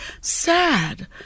sad